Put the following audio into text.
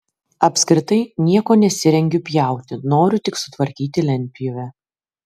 apskritai nieko nesirengiu pjauti noriu tik sutvarkyti lentpjūvę